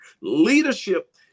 Leadership